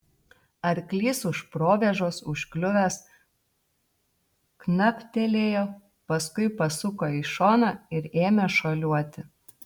arklys už provėžos užkliuvęs knaptelėjo paskui pasuko į šoną ir ėmę šuoliuoti